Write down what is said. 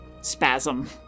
spasm